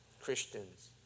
Christians